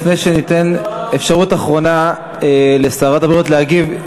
לפני שניתן אפשרות אחרונה לשרת הבריאות להגיב,